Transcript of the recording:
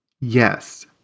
Yes